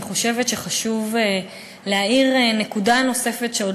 אני חושבת שחשוב להאיר נקודה נוספת שעוד